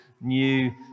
new